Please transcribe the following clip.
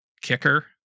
kicker